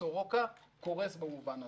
סורוקה קורס במובן הזה.